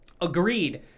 Agreed